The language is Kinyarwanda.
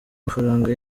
mafaranga